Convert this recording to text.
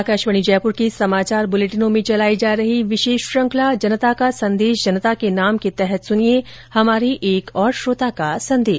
आकाशवाणी जयपुर के समाचार बुलेटिनों में चलाई जा रही विशेष श्रुखंला जनता का संदेश जनता के नाम के तहत सुनिये हमारे एक श्रोता का संदेश